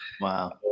Wow